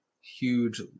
huge